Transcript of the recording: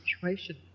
situation